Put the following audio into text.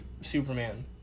Superman